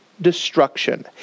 destruction